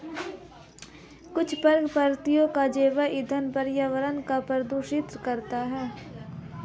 कुछ पारंपरिक जैव ईंधन पर्यावरण को प्रदूषित करते हैं